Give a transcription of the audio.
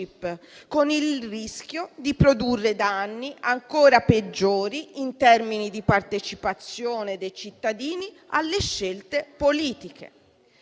con il rischio di produrre danni ancora peggiori in termini di partecipazione dei cittadini alle scelte politiche.